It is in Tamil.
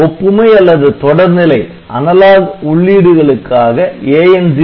ஒப்புமை அல்லது தொடர் நிலை உள்ளீடுகளுக்காக AN0